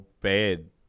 bad